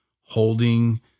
holding